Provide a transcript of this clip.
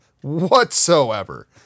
Whatsoever